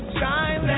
shine